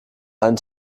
einen